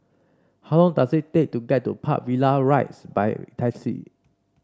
how long does it take to get to Park Villas Rise by taxi